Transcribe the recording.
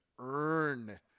earn